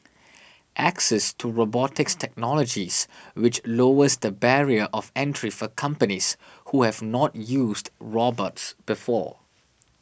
access to robotics technologies which lowers the barrier of entry for companies who have not used robots before